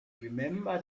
remember